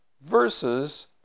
versus